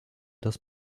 das